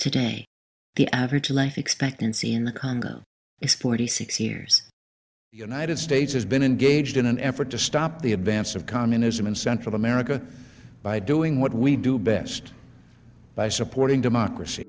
today the average life expectancy in the congo is forty six years united states has been engaged in an effort to stop the advance of communism in central america by doing what we do best by supporting democracy